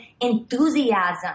enthusiasm